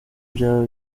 byaba